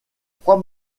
trois